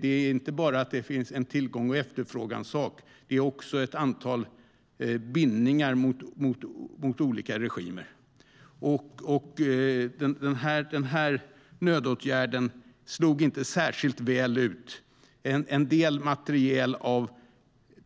Det är inte bara en fråga om tillgång och efterfrågan, utan det finns också ett antal bindningar mot olika regimer. Nödåtgärden slog inte särskilt väl ut. En del materiel av